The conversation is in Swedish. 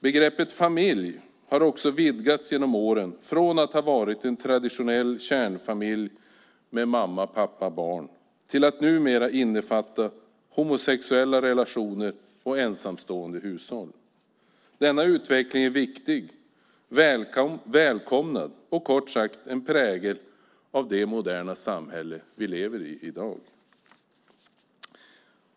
Begreppet familj har också vidgats genom åren från att gälla enbart traditionella kärnfamiljer med mamma, pappa och barn till att numera innefatta homosexuella relationer och ensamstående hushåll. Denna utveckling är viktig och välkomnad och bär kort sagt prägel av det moderna samhälle vi i dag lever i.